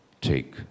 Take